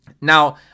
Now